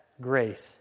grace